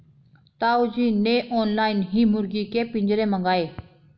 ताऊ जी ने ऑनलाइन ही मुर्गी के पिंजरे मंगाए